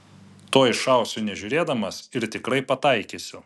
tuoj šausiu nežiūrėdamas ir tikrai pataikysiu